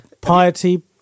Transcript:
piety